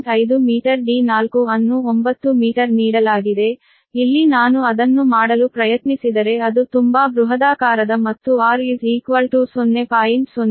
5 metre d4 ಅನ್ನು 9 metre ನೀಡಲಾಗಿದೆ ಇಲ್ಲಿ ನಾನು ಅದನ್ನು ಮಾಡಲು ಪ್ರಯತ್ನಿಸಿದರೆ ಅದು ತುಂಬಾ ಬೃಹದಾಕಾರದ ಮತ್ತು r 0